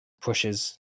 pushes